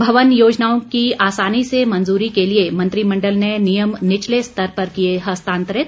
भवन योजनाओं की आसानी से मंजूरी के लिए मंत्रिमंडल ने नियम निचले स्तर पर किए हस्तांतरित